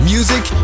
Music